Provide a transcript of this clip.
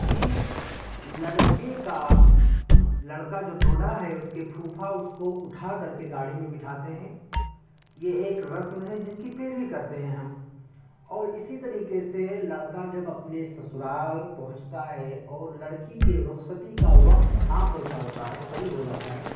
کہ لڑکے کا لڑکا جو دولھا ہے اس کے پھوپھا اس کو اٹھا کر کے گاڑی میں بٹھاتے ہیں یہ ایک رسم ہے جن کی پیروی کرتے ہیں ہم اور اسی طریقے سے لڑکا جب اپنے سسرال پہنچتا ہے اور لڑکی کے رخصتی کا وقت آ پہنچا ہوتا ہے قریب ہو جاتا ہے